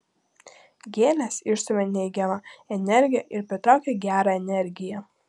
gėlės išstumia neigiamą energiją ir pritraukia gerą energiją